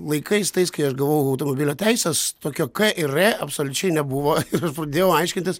laikais tais kai aš gavau automobilio teises tokio k ir r absoliučiai nebuvo aš pradėjau aiškintis